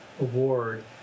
award